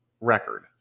record